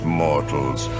mortals